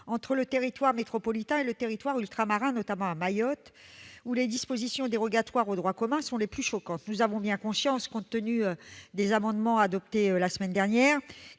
entre le territoire métropolitain et les territoires ultramarins, notamment Mayotte, où les dispositions dérogatoires au droit commun sont les plus choquantes. Nous avons bien conscience, compte tenu des amendements visant à adapter le droit